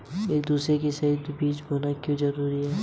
एक दूसरे से सही दूरी पर बीज बोना क्यों जरूरी है?